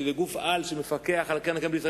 שזה גוף-על שמפקח על קרן קיימת לישראל,